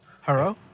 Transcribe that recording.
Hello